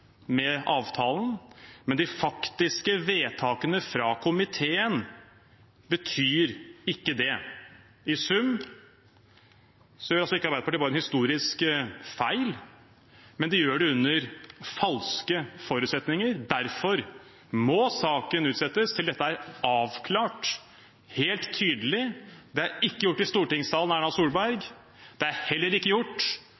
med avtalen, men de faktiske vedtakene fra komiteen betyr ikke det. I sum gjør ikke bare Arbeiderpartiet en historisk feil; de gjør det under falske forutsetninger. Derfor må saken utsettes til dette er helt tydelig avklart. Det er ikke gjort i stortingssalen av Erna